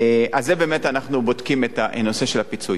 אז אנחנו בודקים את הנושא של הפיצוי.